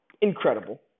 incredible